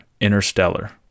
Interstellar